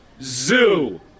zoo